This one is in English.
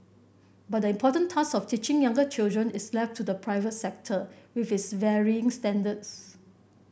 but the important task of teaching younger children is left to the private sector with its varying standards